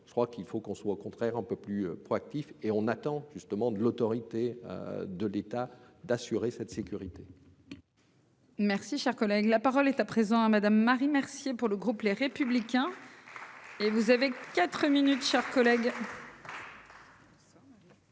Je crois qu'il faut qu'on soit contraire un peu plus proactif et on attend justement de l'autorité. De l'État d'assurer cette sécurité. Merci, cher collègue, la parole est à présent à madame Marie Mercier pour le groupe Les Républicains. Et vous avez 4 minutes, chers collègues.